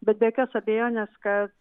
bet be jokios abejonės kad